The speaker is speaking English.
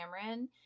cameron